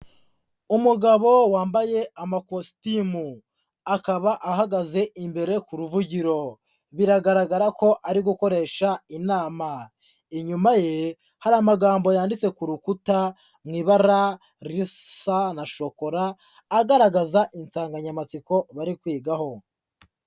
Umugabo wambaye amakositimu, akaba ahagaze imbere ku ruvugiro, biragaragara ko ari gukoresha inama, inyuma ye hari amagambo yanditse ku rukuta mu ibara risa na shokora, agaragaza insanganyamatsiko bari kwigaho.